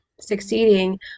succeeding